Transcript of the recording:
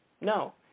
No